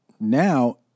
Now